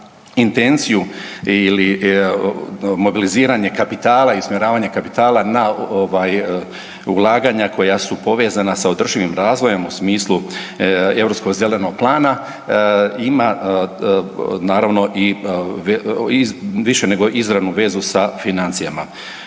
intenciju ili modeliziranje kapitala i usmjeravanje kapitala na ovaj ulaganja koja su povezana sa održivim razvojem u smislu Europskog zelenog plana ima naravno i više nego izravnu vezu sa financijama.